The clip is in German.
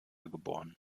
geboren